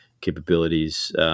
capabilities